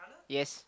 yes